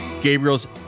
Gabriel's